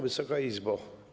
Wysoka Izbo!